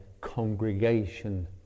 congregation